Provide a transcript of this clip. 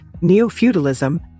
neo-feudalism